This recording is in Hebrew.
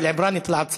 (אומר בערבית: יצאת